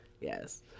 Yes